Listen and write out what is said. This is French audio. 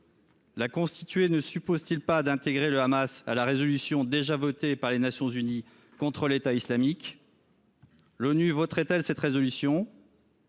La constituer ne suppose t il pas d’intégrer le Hamas à la résolution déjà votée par les Nations unies contre l’État islamique ? L’ONU voterait elle cette résolution ?